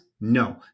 No